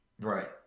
Right